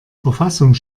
verfassung